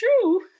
true